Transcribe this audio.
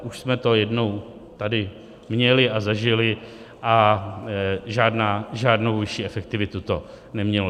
Už jsme to jednou tady měli a zažili a žádnou vyšší efektivitu to nemělo.